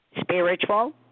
spiritual